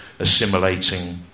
Assimilating